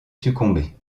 succomber